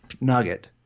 nugget